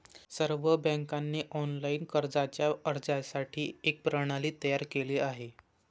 सर्व बँकांनी ऑनलाइन कर्जाच्या अर्जासाठी एक प्रणाली तयार केली आहे